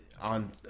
on